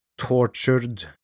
tortured